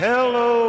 Hello